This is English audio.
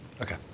okay